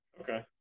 Okay